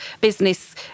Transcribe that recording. business